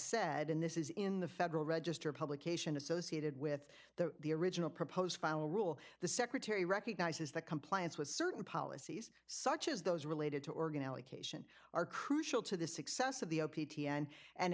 said and this is in the federal register a publication associated with the original proposed final rule the secretary recognizes that compliance with certain policies such as those related to organize occasion are crucial to the success of the opi t n